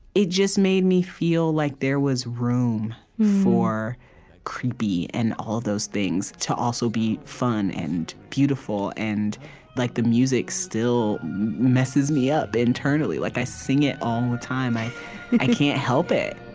it just made me feel like there was room for creepy and all those things to also be fun and beautiful. and like the music still messes me up internally. like i sing it all the time. i i can't help it